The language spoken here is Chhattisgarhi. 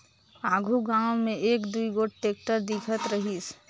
आघु गाँव मे एक दुई गोट टेक्टर दिखत रहिस